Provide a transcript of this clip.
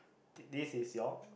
this this is your